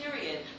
period